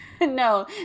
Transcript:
No